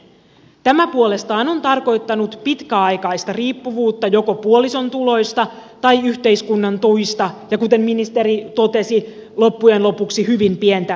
tämä puolestaan on tarkoittanut pitkäaikaista riippuvuutta joko puolison tuloista tai yhteiskunnan tuista ja kuten ministeri totesi loppujen lopuksi hyvin pientä eläkettä